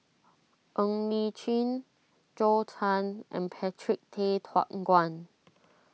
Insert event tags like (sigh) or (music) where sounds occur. Ng Li Chin Zhou Can and Patrick Tay (unintelligible) Guan